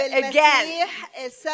again